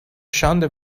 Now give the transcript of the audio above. schande